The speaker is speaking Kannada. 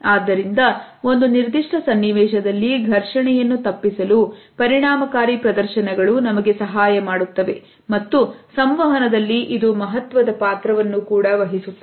ಆದ್ದರಿಂದ ಒಂದು ನಿರ್ದಿಷ್ಟ ಸನ್ನಿವೇಶದಲ್ಲಿ ಘರ್ಷಣೆಯನ್ನು ತಪ್ಪಿಸಲು ಪರಿಣಾಮಕಾರಿ ಪ್ರದರ್ಶನಗಳು ನಮಗೆ ಸಹಾಯ ಮಾಡುತ್ತವೆ ಮತ್ತು ಸಂವಹನದಲ್ಲಿ ಇದು ಮಹತ್ವದ ಪಾತ್ರವನ್ನು ಕೂಡ ವಹಿಸುತ್ತದೆ